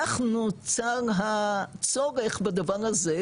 כך נוצר הצורך בדבר הזה,